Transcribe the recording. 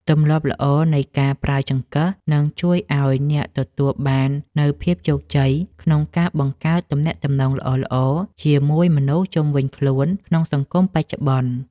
ទម្លាប់ល្អនៃការប្រើចង្កឹះនឹងជួយឱ្យអ្នកទទួលបាននូវភាពជោគជ័យក្នុងការបង្កើតទំនាក់ទំនងល្អៗជាមួយមនុស្សជុំវិញខ្លួនក្នុងសង្គមបច្ចុប្បន្ន។